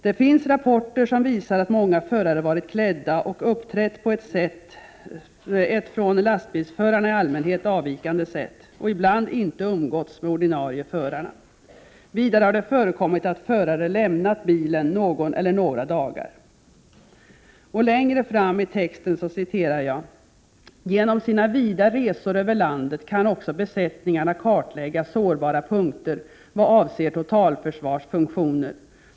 Det finns rapporter som visar att många förare varit klädda och uppträtt på ett från lastbilsförarna i allmänhet avvikande sätt och ibland inte umgåtts med ordinarie förarna. Vidare har det förekommit att förare lämnat bilen någon/några dagar.” Längre fram i texten citerar jag följande: ”Genom sina vida resor över landet kan också besättningarna kartlägga sårbara punkter vad avser totalförsvarsfunktioner.